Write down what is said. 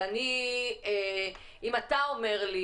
אבל אם אתה אומר לי